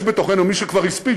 יש בתוכנו מי שכבר הספיד,